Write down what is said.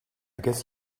guess